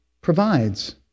provides